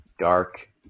Dark